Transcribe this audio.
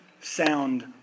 sound